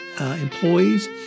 employees